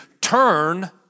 turn